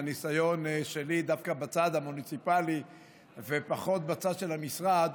מהניסיון שלי דווקא בצד המוניציפלי ופחות בצד של המשרד.